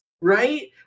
right